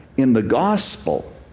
in the gospel,